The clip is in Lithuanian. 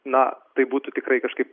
na tai būtų tikrai kažkaip